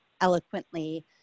eloquently